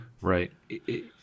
Right